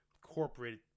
corporate